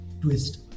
twist